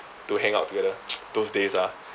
to hang out together those days ah